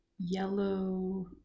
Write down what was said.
Yellow